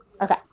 Okay